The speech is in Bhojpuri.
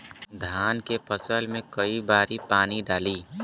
धान के फसल मे कई बारी पानी डाली?